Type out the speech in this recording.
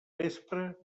vespre